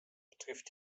betrifft